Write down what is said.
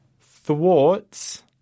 thwarts